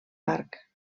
parc